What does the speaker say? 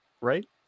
right